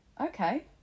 okay